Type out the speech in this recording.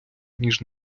ніж